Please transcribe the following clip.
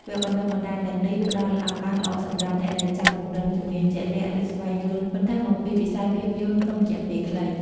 វគ្គបណ្ដុះបណ្ដាលទាំងនេះផ្ដល់ឱកាសល្អសម្រាប់អ្នកដែលចង់ពង្រឹងជំនាញជាក់លាក់ ឬស្វែងយល់បន្ថែមអំពីវិស័យភាពយន្តក្នុងរយៈពេលខ្លី។